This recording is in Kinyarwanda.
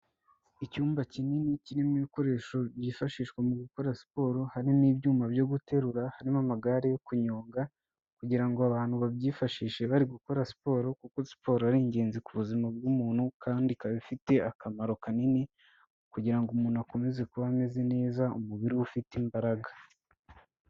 Icyumba kinini kirimo ibikoresho byifashishwa mu gukora siporo, harimo ibyuma byo guterura, harimo amagare yo kunyonga, kugira ngo abantu babyifashishe bari gukora siporo kuko siporo ari ingenzi ku buzima bw'umuntu kandi ikaba ifite akamaro kanini, kugira ngo umuntu akomeze kuba ameze neza, umubiri we ufite imbaraga.